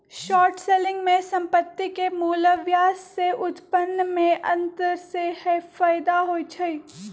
short selling में संपत्ति के मूल्यह्रास से उत्पन्न में अंतर सेहेय फयदा होइ छइ